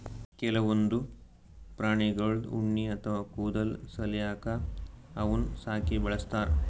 ಕೆಲವೊಂದ್ ಪ್ರಾಣಿಗಳ್ದು ಉಣ್ಣಿ ಅಥವಾ ಕೂದಲ್ ಸಲ್ಯಾಕ ಅವನ್ನ್ ಸಾಕಿ ಬೆಳಸ್ತಾರ್